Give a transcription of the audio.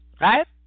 Right